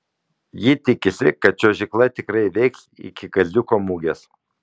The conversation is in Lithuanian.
ji tikisi kad čiuožykla tikrai veiks iki kaziuko mugės